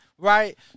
Right